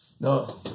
No